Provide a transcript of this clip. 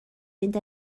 fynd